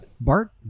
Bart